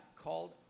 called